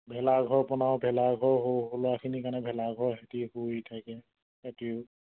ভেলাঘৰ বনাওঁ ভেলাঘৰ সৰু সৰু ল'ৰাখিনিৰ কাৰণে ভেলাঘৰ সিহঁতে শুই থাকে সিহঁতেও